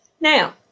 Now